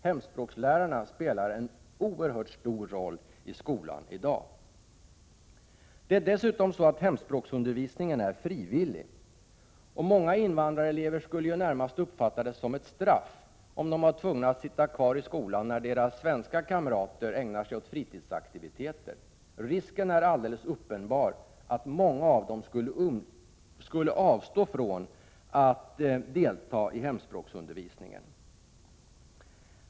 Hemspråkslärarna spelar en oerhört stor roll i skolan i dag. Hemspråksundervisningen är frivillig, och många invandrarelever skulle närmast uppfatta det som ett straff om de skulle vara tvungna att sitta kvar i skolan när deras svenska kamrater ägnar sig åt fritidsaktiviteter. Risken är alldeles uppenbar att många av eleverna skulle avstå från att delta i hemspråksundervisningen.